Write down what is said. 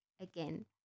again